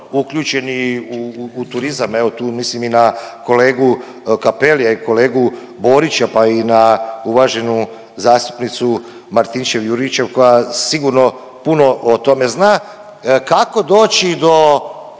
uključeni u turizam, evo tu mislim i na kolegu Cappellija i kolegu Borića, pa i na uvaženu zastupnicu Martinčev-Juričev koja sigurno puno o tome zna, kako doći do,